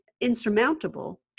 insurmountable